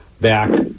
back